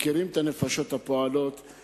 מכירים את הנפשות הפועלות,